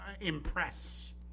impress